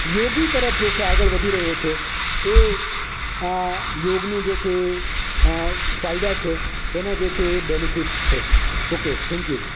યોગી તરફ જે છે આગળ વધી રહ્યો છે એ આ યોગની જે છે એ ફાયદા છે એના જે છે એ બેનિફિટ્સ છે ઓકે થેન્કયુ